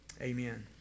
amen